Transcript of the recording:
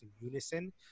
unison